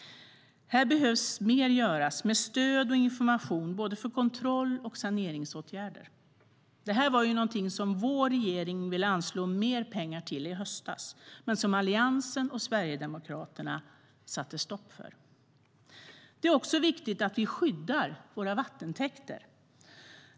Här behöver mer göras med stöd och information både för kontroll och för saneringsåtgärder. Detta var något som vår regering ville anslå mer pengar till i höstas men som Alliansen och Sverigedemokraterna satte stopp för. Det är också viktigt att vi skyddar våra vattentäkter.